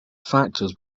factors